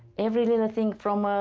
every little thing from